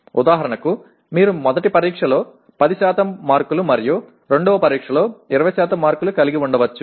ఉదాహరణకు మీరు మొదటి పరీక్ష లో 10 మార్కులు మరియు రెండవ పరీక్షలో 20 మార్కులు కలిగి ఉండవచ్చు